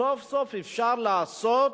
סוף-סוף אפשר לעשות